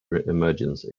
emergence